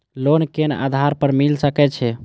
Loan कोन आधार पर मिल सके छे?